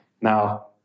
Now